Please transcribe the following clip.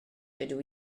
dydw